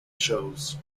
shows